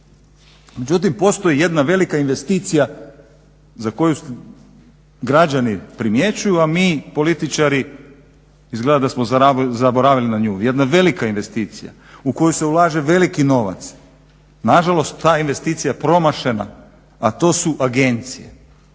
Međutim, postoji jedna velika investicija za koju građani primjećuju, a mi političari izgleda da smo zaboravili na nju, jedna velika investicija u koju se ulaže veliki novac. Na žalost ta je investicija promašena, a to su agencije.